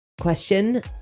question